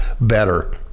better